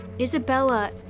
Isabella